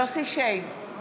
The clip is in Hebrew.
יוסף שיין,